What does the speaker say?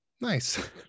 Nice